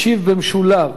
ישיב במשולב